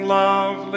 love